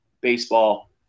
baseball